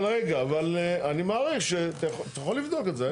אבל רגע, אני מעריך שאתה יכול לבדוק את זה.